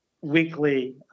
weekly